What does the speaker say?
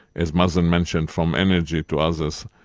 as mazen mentioned, from energy to others,